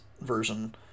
version